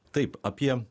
taip apie